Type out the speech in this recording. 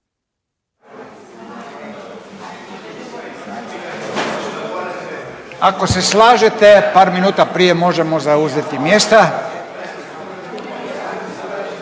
Ako se slažete par minuta prije možemo zauzeti mjesta.